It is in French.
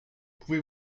pouvez